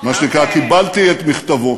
מה שנקרא, קיבלתי את מכתבו.